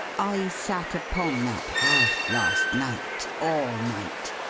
i sat upon that hearth, last night, all night,